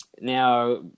Now